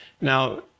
Now